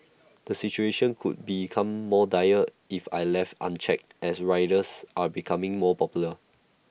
the situation could become more dire if I left unchecked as riders are becoming more popular